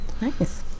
Nice